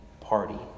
party